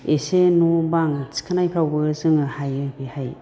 एसे न' बां थिखोनायफ्रावबो जोङो हायो बेहाय